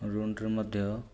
ଋଣରେ ମଧ୍ୟ